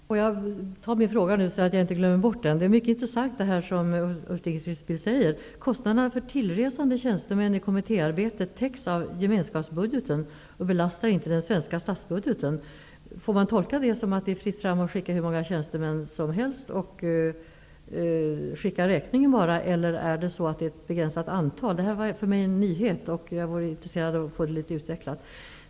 Herr talman! Jag vill ta min fråga nu, så att jag inte glömmer bort den. Det som Ulf Dinkelspiel säger är mycket intressant, att kostnaderna för tillresande tjänstemän i kommittéarbetet täcks av gemenskapsbudgeten och inte belastar den svenska statsbudgeten. Får man tolka det som att det är fritt fram att skicka hur många tjänstemän som helst, och bara skicka räkningen, eller gäller det ett begränsat antal tjänstemän? Det här var en nyhet för mig. Jag är intresserad av att få den litet utvecklad.